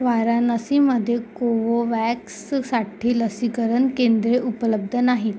वाराणसीमध्ये कोवोव्हॅक्ससाठी लसीकरण केंद्रे उपलब्द नाहीत